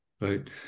right